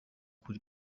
kuri